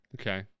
okay